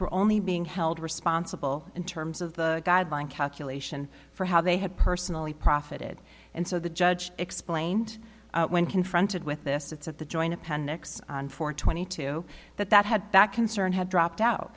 were only being held responsible in terms of the guideline calculation for how they had personally profited and so the judge explained when confronted with this it's at the joint appendix for twenty two that that had that concern had dropped out